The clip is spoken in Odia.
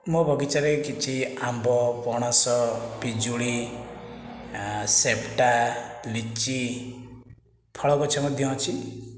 ମୋ ବଗିଚାରେ କିଛି ଆମ୍ବ ପଣସ ପିଜୁଳି ସେପେଟା ଲିଚି ଫଳ ଗଛ ମଧ୍ୟ ଅଛି